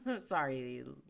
sorry